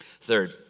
Third